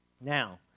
Now